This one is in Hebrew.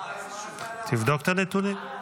תבדוק את הנתונים.